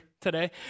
today